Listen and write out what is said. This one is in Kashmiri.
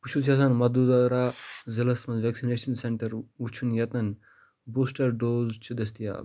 بہٕ چھُس یژھان مٔدوٗرا ضِلعس مَنٛز وٮ۪کسِنیشن سینٹر وٕچھُن ییٚتٮ۪ن بوٗسٹر ڈوز چھِ دٔستِیاب